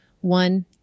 one